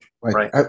Right